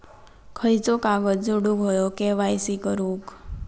खयचो कागद जोडुक होयो के.वाय.सी करूक?